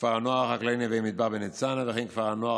כפר הנוער החקלאי נווה מדבר בניצנה וכפר הנוער